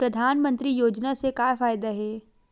परधानमंतरी योजना से का फ़ायदा हे?